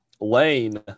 Lane